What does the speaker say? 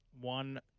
one